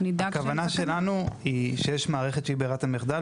הכוונה שלנו היא שיש מערכת שהיא ברירת המחדל,